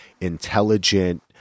intelligent